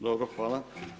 Dobro hvala.